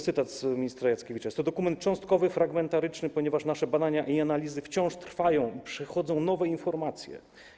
Cytat z ministra Jackiewicza: Jest to dokument cząstkowy, fragmentaryczny, ponieważ nasze badania i analizy wciąż trwają i przychodzą nowe informacje.